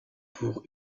pour